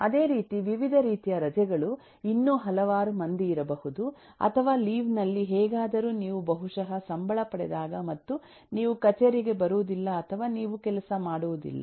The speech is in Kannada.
ಅದೇ ರೀತಿ ವಿವಿಧ ರೀತಿಯ ರಜೆಗಳು ಇನ್ನೂ ಹಲವಾರು ಮಂದಿ ಇರಬಹುದು ಅಥವಾ ಲೀವ್ ನಲ್ಲಿ ಹೇಗಾದರೂ ನೀವು ಬಹುಶಃ ಸಂಬಳ ಪಡೆದಾಗ ಮತ್ತು ನೀವು ಕಚೇರಿಗೆ ಬರುವುದಿಲ್ಲ ಅಥವಾ ನೀವು ಕೆಲಸ ಮಾಡುವುದಿಲ್ಲ